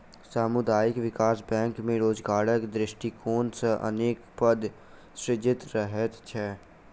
सामुदायिक विकास बैंक मे रोजगारक दृष्टिकोण सॅ अनेक पद सृजित रहैत छै